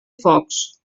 focs